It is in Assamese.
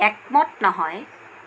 একমত নহয়